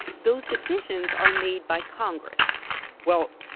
those decisions are made by congress well,